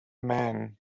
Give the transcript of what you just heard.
man